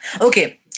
Okay